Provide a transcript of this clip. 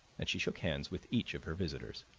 and she shook hands with each of her visitors.